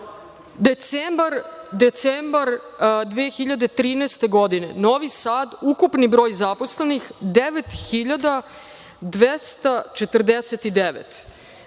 decembar 2013. godine, Novi Sad, ukupni broj zaposlenih 9.249.